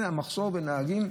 המחסור בנהגים,